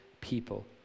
people